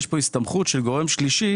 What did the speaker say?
יש כאן הסתמכות של גורם שלישי